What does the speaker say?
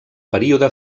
període